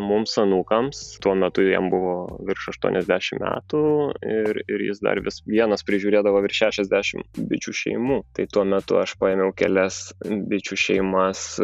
mums anūkams tuo metu jam buvo virš aštuoniasdešimt metų ir ir jis dar vis vienas prižiūrėdavo virš šešiasdešimt bičių šeimų tai tuo metu aš paėmiau kelias bičių šeimas